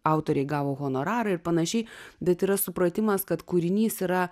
autoriai gavo honorarą ir panašiai bet yra supratimas kad kūrinys yra